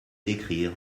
d’écrire